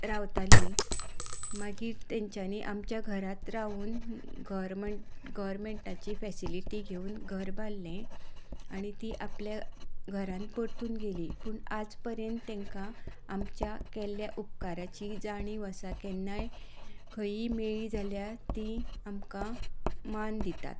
रावतालीं मागीर तेंच्यांनीं आमच्या घरांत रावून गॉव्हरमॅंटाची फेसिलिटी घेवन घर बांदलें आनी तीं आपल्या घरांत परतून गेलीं पूण तेंका आमच्या केल्ल्या उपकाराची जाणीव आसा केन्नाय खंयीय मेळ्ळीं जाल्यार तीं आमकां मान दितात